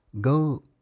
go